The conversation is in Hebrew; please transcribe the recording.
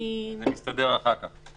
זה מסתדר אחר כך.